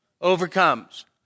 overcomes